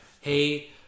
hey